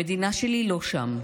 המדינה שלי, לא שם,